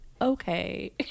Okay